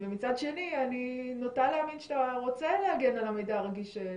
האם אתם גם שואלים אותו, האם במאגר יש תמונות?